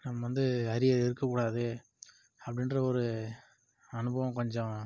நம்ம வந்து அரியர் இருக்க கூடாது அப்படின்ற ஒரு அனுபவம் கொஞ்சம்